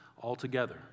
altogether